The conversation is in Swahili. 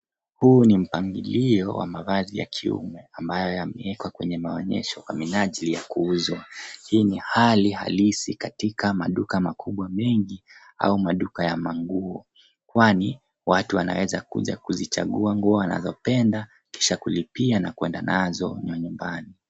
Huu ni mpangilio wa mavazi ya kiume ambayo yamewekwa kwenye maonyesho kwa minajili ya kuuzwa. Hii ni hali halisi katika maduka makubwa mengi au maduka ya manguo kwani watu wanaweza kuja kuzichagua nguo wanazopenda kisha kulipia na kuenda nazo nyumbani.